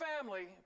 family